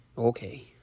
okay